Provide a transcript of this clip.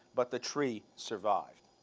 but the tree survived.